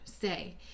say